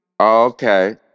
okay